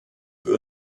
für